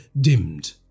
dimmed